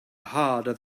harder